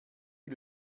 die